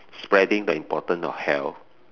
spreading the importance of health